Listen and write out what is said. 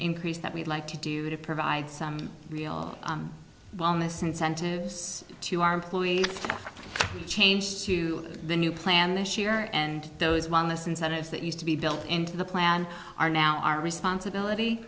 increase that we'd like to do to provide some wellness incentives to our employees change to the new plan this year and those oneness incentives that used to be built into the plan are now our responsibility